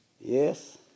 Yes